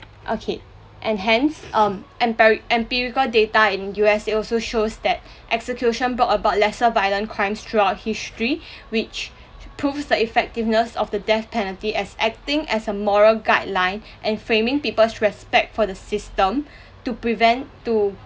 okay and hence um empiri~ empirical data in U_S it also shows that execution brought about lesser violent crimes throughout history which proves the effectiveness of the death penalty as acting as a moral guideline and framing people's respect for the system to prevent to